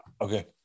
Okay